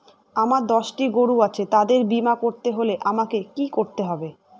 আমার দশটি গরু আছে তাদের বীমা করতে হলে আমাকে কি করতে হবে?